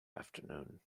afternoon